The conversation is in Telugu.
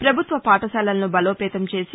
ప్రభుత్వ పాఠశాలలను బలోపేతం చేసి